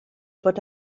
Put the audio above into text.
bod